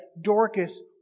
Dorcas